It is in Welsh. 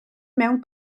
mewn